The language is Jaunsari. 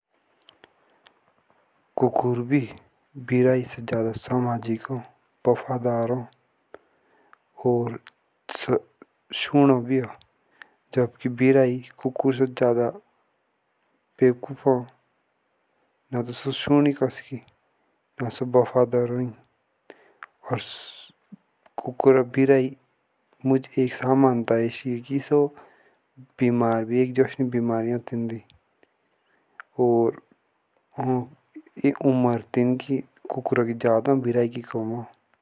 जब आमे मछी पकडू तबसो एक्याहा दुइ दस के भीतर फ्रीज़र दो राखनी चाहिये। और सो एक दुइ दस के भीतर फ्रीज़र दी राख पाए तब सो तीस दस लोग खराब होंदी ना क्ले भी आउ मछियाक खाए सोको बानी भी सूको जब सो एचे दस लोग खराब ना होए तब सो बानी भी सूको ना सो खराब होए ना सो खणक टेस्टी हो।